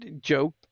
joke